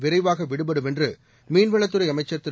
விரைவாக விடுபடும் என்று மீன்வளத்துறை அமைச்சர் திரு